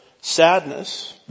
sadness